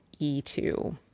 E2